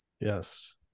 Yes